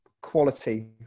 quality